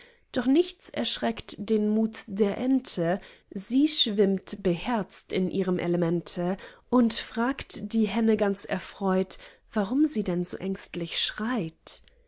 doch nichts erschreckt den mut der ente sie schwimmt beherzt in ihrem elemente und fragt die henne ganz erfreut warum sie denn so ängstlich schreit